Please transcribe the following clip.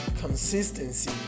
consistency